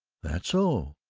that's so.